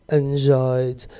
enjoyed